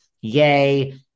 Yay